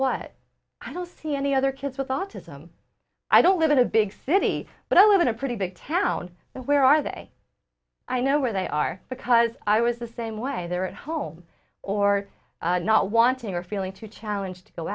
what i don't see any other kids with autism i don't live in a big city but i live in a pretty big town where are they i know where they are because i was the same way they're at home or not wanting or feeling to challenge to go